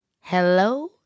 Hello